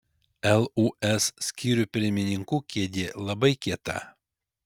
lūs skyrių pirmininkų kėdė labai kieta